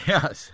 Yes